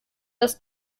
das